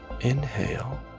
Inhale